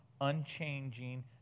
unchanging